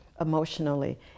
emotionally